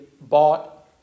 bought